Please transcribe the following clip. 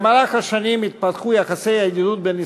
במהלך השנים התפתחו יחסי הידידות בין